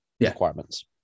requirements